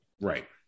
Right